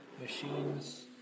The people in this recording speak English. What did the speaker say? Machines